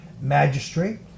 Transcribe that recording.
magistrate